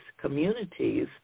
communities